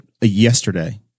yesterday